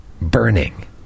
Burning